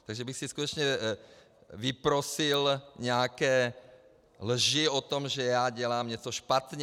Takže bych si skutečně vyprosil nějaké lži o tom, že já dělám něco špatně.